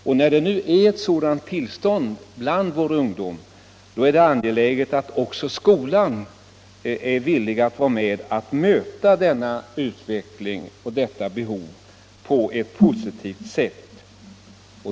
När vår ungdom nu befinner sig i ett sådant tillstånd, är det angeläget att också skolan är villig att gå med och möta denna utveckling och detta behov på ett positivt sätt.